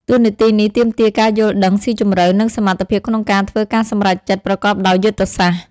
តួនាទីនេះទាមទារការយល់ដឹងស៊ីជម្រៅ និងសមត្ថភាពក្នុងការធ្វើការសម្រេចចិត្តប្រកបដោយយុទ្ធសាស្ត្រ។